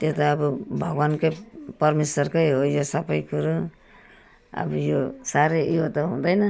त्यो त अब भगवानकै परमेश्वरकै हो यो सबै कुरो अब यो साह्रै यो त हुँदैन